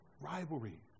rivalry